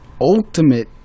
ultimate